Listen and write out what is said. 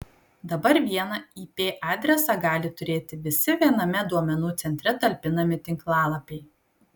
dabar vieną ip adresą gali turėti visi viename duomenų centre talpinami tinklalapiai